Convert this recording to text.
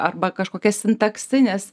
arba kažkokias sintaksines